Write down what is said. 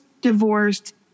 divorced